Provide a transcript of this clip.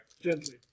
Gently